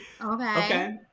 okay